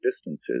distances